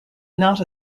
not